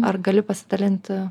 ar gali pasidalinti